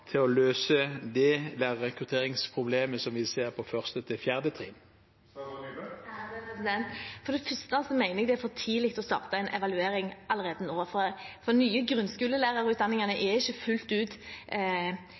til å løse det lærerrekrutteringsproblemet som vi ser på 1.–4. trinn? For det første mener jeg det er for tidlig å starte en evaluering allerede